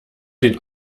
den